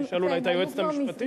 תשאל אולי את היועצת המשפטית.